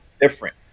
different